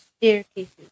staircases